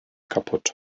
kaputt